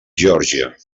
geòrgia